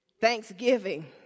thanksgiving